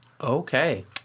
Okay